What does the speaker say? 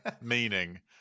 meaning